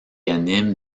animent